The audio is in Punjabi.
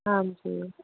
ਹਾਂਜੀ